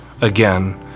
again